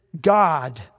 God